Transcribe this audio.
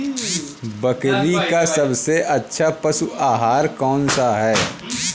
बकरी का सबसे अच्छा पशु आहार कौन सा है?